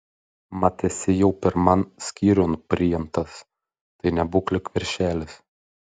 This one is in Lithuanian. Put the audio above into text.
mat esi jau pirman skyriun priimtas tai nebūk lyg veršelis